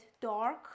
dark